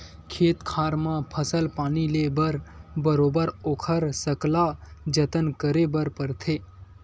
खेत खार म फसल पानी ले बर बरोबर ओखर सकला जतन करे बर परथे